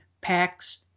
packs